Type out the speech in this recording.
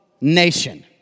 nation